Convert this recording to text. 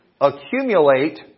accumulate